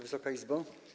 Wysoka Izbo!